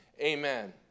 Amen